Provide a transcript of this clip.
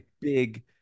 big